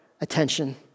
attention